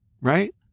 right